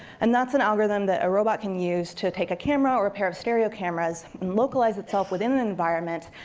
and that's an algorithm that a robot can use to take a camera, or a pair of stereo cameras, and localize itself within an environment,